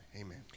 amen